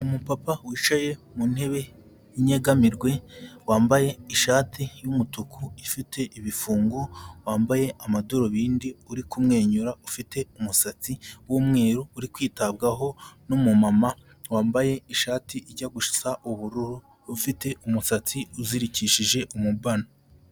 Umupapa wicaye mu ntebe y'inyegamirwe, wambaye ishati y'umutuku ifite ibifungo, wambaye amadorubindi, uri kumwenyura, ufite umusatsi w'umweru, uri kwitabwaho n'umumama wambaye ishati ijya gusa ubururu, ufite umusatsi uzirikishije umubano.